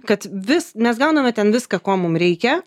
kad vis mes gauname ten viską ko mum reikia